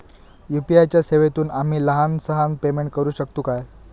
UPI च्या सेवेतून आम्ही लहान सहान पेमेंट करू शकतू काय?